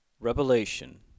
Revelation